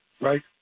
right